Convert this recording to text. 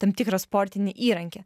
tam tikrą sportinį įrankį